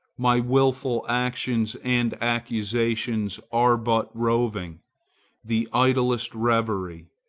my wilful actions and acquisitions are but roving the idlest reverie,